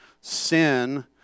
Sin